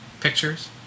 pictures